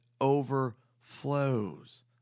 overflows